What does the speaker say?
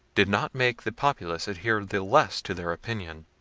did not make the populace adhere the less to their opinion.